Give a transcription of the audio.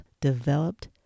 developed